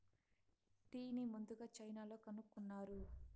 టీని ముందుగ చైనాలో కనుక్కున్నారు